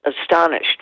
astonished